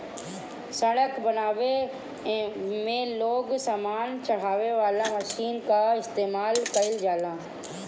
सड़क बनावे में सामान चढ़ावे वाला मशीन कअ इस्तेमाल कइल जाला